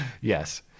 Yes